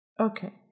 Okay